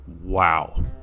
Wow